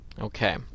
Okay